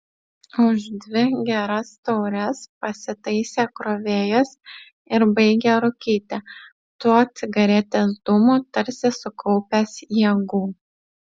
už dvi geras taures pasitaisė krovėjas ir baigė rūkyti tuo cigaretės dūmu tarsi sukaupęs jėgų